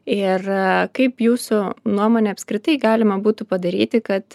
ir kaip jūsų nuomone apskritai galima būtų padaryti kad